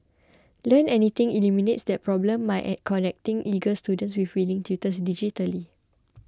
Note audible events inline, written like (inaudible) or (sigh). Learn Anything eliminates that problem by (unintelligible) connecting eager students with willing tutors digitally